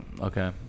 okay